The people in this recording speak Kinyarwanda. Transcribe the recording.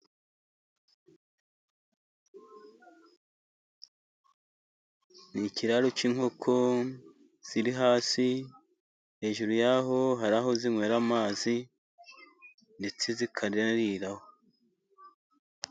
Ni ikiraro cy'inkoko ziri hasi, hejuru yaho hari aho zinywera, amazi ndetse zikanariraho.